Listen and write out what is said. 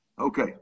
Okay